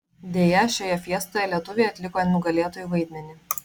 deja šioje fiestoje lietuviai atliko nugalėtųjų vaidmenį